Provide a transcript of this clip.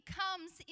comes